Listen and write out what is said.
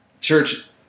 Church